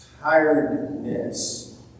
tiredness